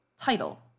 title